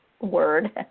word